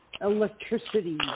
Electricity